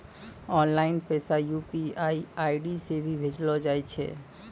online पैसा UPI ID से भी भेजलो जाय छै